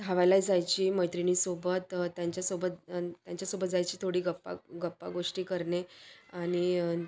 धावायला जायची मैत्रिणीसोबत त्यांच्यासोबत त्यांच्यासोबत जायची थोडी गप्पा गप्पा गोष्टी करने आणि